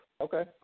Okay